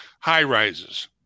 high-rises